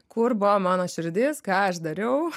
kur buvo mano širdis ką aš dariau